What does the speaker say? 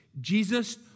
Jesus